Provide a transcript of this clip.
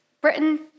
Britain